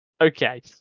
Okay